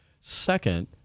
Second